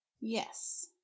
Yes